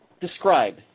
describe